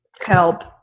help